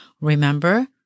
Remember